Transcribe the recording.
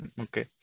Okay